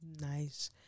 Nice